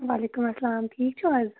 وعلیکُم اسلام ٹھیٖک چھِو حظ